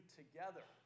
together